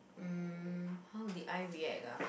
mm how did I react ah